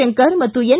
ಶಂಕರ ಮತ್ತು ಎನ್